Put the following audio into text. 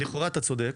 לכאורה אתה צודק,